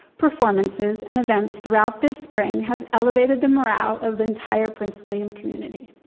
performances and events throughout this spring has elevated the morale of the entire prince william community.